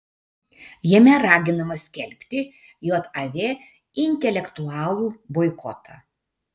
jame raginama skelbti jav intelektualų boikotą